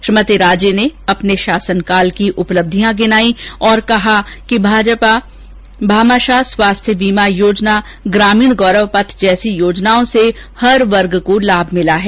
श्रीमती राजे ने अपने शासनकाल की उपलब्धियां गिनाई और कहा कि भामाषाह स्वास्थ्य बीमा योजना ग्रामीण गौरव पथ जैसी योजनाओं से हर वर्ग को लाभ मिला है